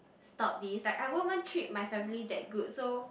stop this like I won't want treat my family that good so